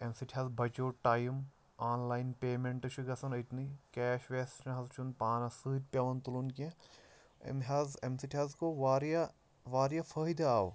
امہِ سۭتۍ حظ بچیو ٹایم آنلایِن پیمیٚنٛٹہٕ چھُ گژھن أتنٕے کیش ویش نہ حظ چھُنہٕ پانَس سۭتۍ پیٚوان تُلُن کیٚنٛہہ أمۍ حظ امہِ سۭتۍ حظ گوٚو واریاہ واریاہ فٲیدٕ آو